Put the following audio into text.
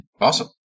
Awesome